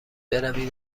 بروی